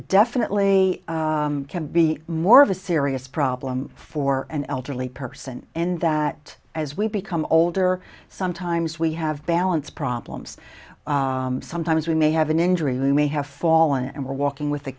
definitely can be more of a serious problem for an elderly person and that as we become older sometimes we have balance problems sometimes we may have an injury we may have fall and were walking with a